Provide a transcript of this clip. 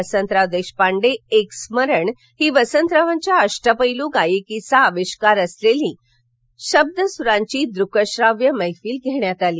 वसंतराव देशपांडे एक स्मरण ही वसंतरावांच्या अष्टपछ्रीगायकीचा आविष्कार असलेली शब्दसुरांची दृक्श्राव्य मफ्रल सादर करण्यात आली